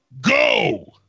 go